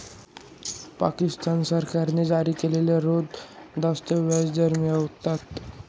पाकिस्तान सरकारने जारी केलेले रोखे जास्त व्याजदर मिळवतात